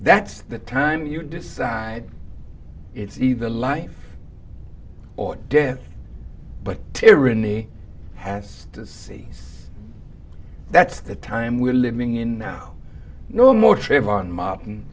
that's the time you decide it's either life or death but tyranny has to see that's the time we're living in now no more trayvon martin